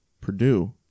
Purdue